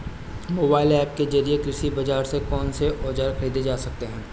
Mobile app के जरिए कृषि बाजार से कौन से औजार ख़रीदे जा सकते हैं?